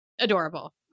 adorable